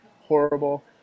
horrible